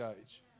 age